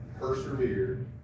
persevered